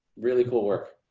really cool work.